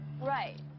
Right